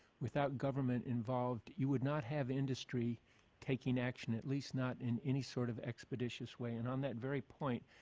without government involved, you would not have industry taking action at least not in any sort of expeditious way. and on that very point,